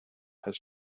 has